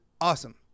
awesome